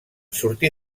sortir